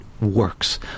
works